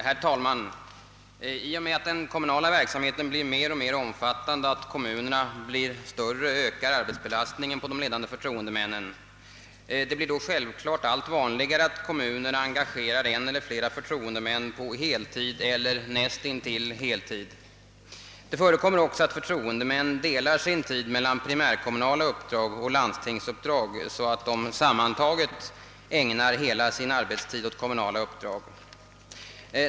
Herr talman! I och med att den kommunala verksamheten blir mer och mer omfattande och kommunerna större ökar arbetsbelastningen på de ledande förtroendemännen. Det blir då självklart allt vanligare att kommunerna engagerar en eller flera förtroendemän på heltid eller näst intill heltid. Det förekommer också att förtroendemännen delar sin tid mellan primärkommunala uppdrag och landstingsuppdrag, så att de sammantaget ägnar hela sin arbetstid åt kommunala uppdrag.